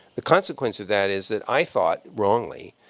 the consequence of that is that i thought, wrongly,